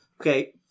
Okay